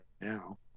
now